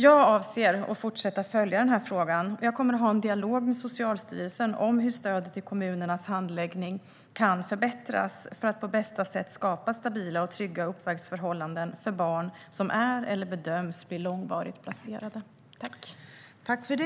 Jag avser att fortsätta att följa frågan. Jag kommer att ha en dialog med Socialstyrelsen om hur stödet i kommunernas handläggning kan förbättras för att på bästa sätt skapa stabila och trygga uppväxtförhållanden för barn som är eller bedöms bli långvarigt placerade.